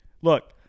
Look